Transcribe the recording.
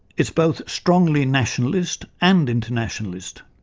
is both strongly nationalist and internationalist.